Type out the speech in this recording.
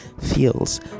feels